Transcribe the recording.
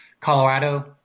Colorado